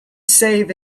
save